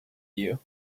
you